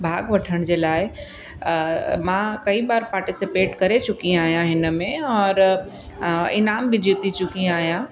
भाॻ वठण जे लाइ मां कई बार पार्टिसिपेट करे चुकी आहियां हिन में और इनाम बि जीती चुकी आहियां